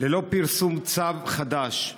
ללא פרסום צו חדש,